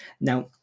Now